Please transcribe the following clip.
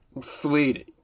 Sweetie